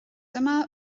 dyma